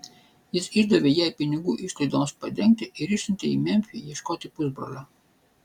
jis išdavė jai pinigų išlaidoms padengti ir išsiuntė į memfį ieškoti pusbrolio